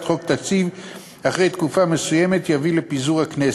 חוק תקציב אחרי תקופה מסוימת יביא לפיזור הכנסת.